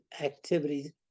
activities